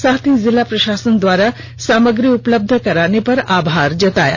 साथ ही जिला प्रषासन द्वारा सामग्री उपलब्ध कराने पर आभार जताया